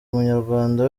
munyarwanda